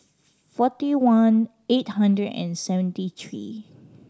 forty one eight hundred and seventy three